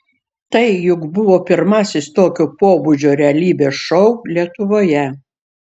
tai juk buvo pirmasis tokio pobūdžio realybės šou lietuvoje